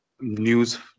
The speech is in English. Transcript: news